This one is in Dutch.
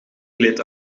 gleed